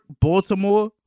Baltimore